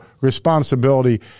responsibility